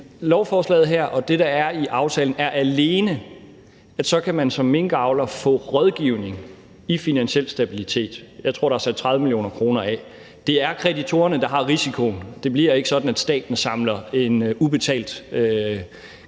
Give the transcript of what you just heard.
lovforslaget og det, der er i aftalen, går alene ud på, at så kan man som minkavler få rådgivning i Finansiel Stabilitet. Jeg tror, der er sat 30 mio. kr. af. Det er kreditorerne, der står med risikoen. Det bliver ikke sådan, at staten samler en ubetalt kreditorregning